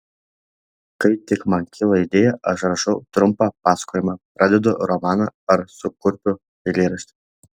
kai tik man kyla idėja aš rašau trumpą pasakojimą pradedu romaną ar sukurpiu eilėraštį